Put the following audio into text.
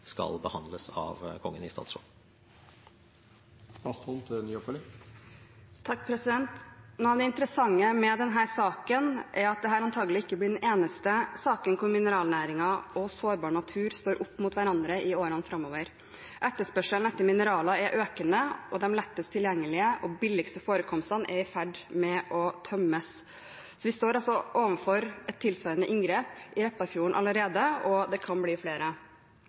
skal behandles av Kongen i statsråd. Noe av det interessante med denne saken er at dette antakelig ikke blir den eneste saken hvor mineralnæringen og sårbar natur står opp mot hverandre i årene framover. Etterspørselen etter mineraler er økende, og de lettest tilgjengelige og billigste forekomstene er i ferd med å tømmes. Vi står altså overfor et tilsvarende inngrep i Repparfjorden allerede, og det kan bli flere.